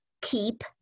keep